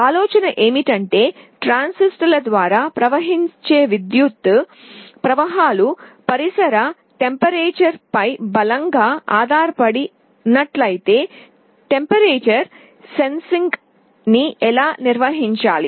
ఆలోచన ఏమిటంటే ట్రాన్సిస్టర్ల ద్వారా ప్రవహించే విద్యుత్ ప్రవాహాలు పరిసర ఉష్ణోగ్రత పై బలం గా ఆధార పడుతున్నట్లయితే ఉష్ణోగ్రత సెన్సింగ్ ని ఎలా నిర్వహించాలి